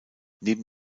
neben